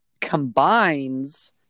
combines